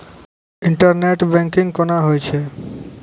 Internet banking कोना होय छै?